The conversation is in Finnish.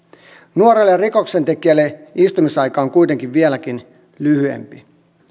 nuorelle rikoksentekijälle istumisaika on kuitenkin vieläkin lyhyempi